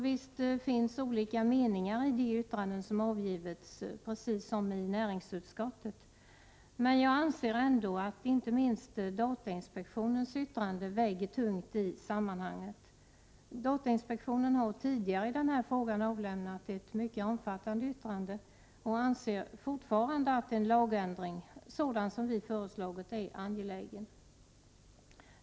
Visst finns det olika meningar i de yttranden som avgivits — precis som i näringsutskottet — men jag anser ändå att inte minst datainspektionens yttrande väger tungt i sammanhanget. Datainspektionen har tidigare i denna fråga avlämnat ett mycket omfattande yttrande och anser fortfarande att en lagändring — sådan som vi föreslagit — är angelägen.